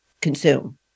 consume